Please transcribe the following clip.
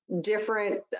different